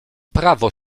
prawo